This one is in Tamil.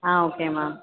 ah okay ma'am